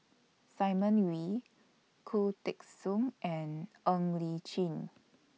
Simon Wee Khoo Teng Soon and Ng Li Chin